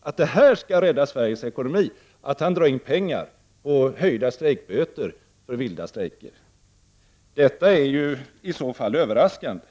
att det skall rädda Sveriges ekonomi att dra in pengar på höjda strejkböter för vilda strejker? Det är i så fall överraskande.